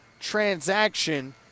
transaction